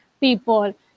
people